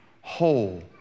whole